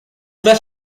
that